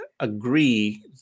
agree